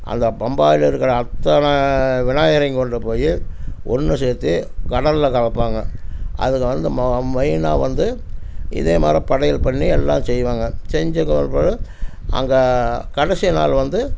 அந்த பம்பாயில் இருக்கிற அத்தனை விநாயகரையும் கொண்டு போய் ஒன்று சேர்த்து கடலில் கரைப்பாங்க அதில் வந்து மொ மெயினாக வந்து இதே மாதிரி படையல் பண்ணி எல்லாம் செய்வாங்க செஞ்சக்கப்பறம்பாடு அங்கே கடைசி நாள் வந்து